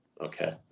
Okay